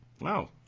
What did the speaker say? Wow